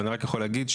אני רק יכול להגיד,